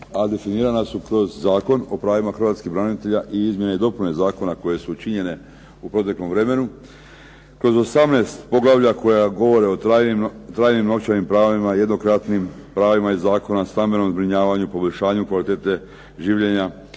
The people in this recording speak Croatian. a definirana su kroz Zakon o pravima hrvatskih branitelja i izmjene i dopune zakona koje su učinjene u proteklom vremenu, kroz 18 poglavlja koja govore o trajnim novčanim pravima, jednokratnim pravima iz Zakona o stambenom zbrinjavanju, poboljšanju kvalitete življenja